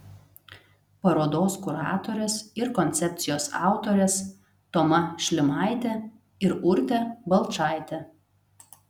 parodos kuratorės ir koncepcijos autorės toma šlimaitė ir urtė balčaitė